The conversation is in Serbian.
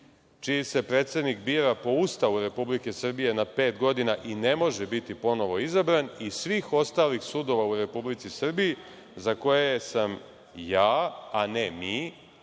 čiji se predsednik bira po Ustavu Republike Srbije na pet godina i ne može biti ponovo izabran i svih ostalih sudova u Republici Srbiji za koje sama ja, a ne mi,